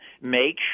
make